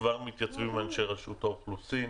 כבר מתייצבים אנשי רשות האוכלוסין.